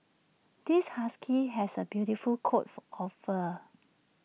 this husky has A beautiful coat for of fur